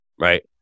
right